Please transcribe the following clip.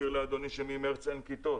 אני מזכיר לאדוני שממרס אין כיתות.